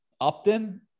Upton